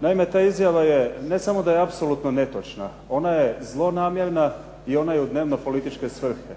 Naime, ta izjava je, ne samo da je apsolutno netočna. Ona je zlonamjerna i ona je u dnevno-političke svrhe.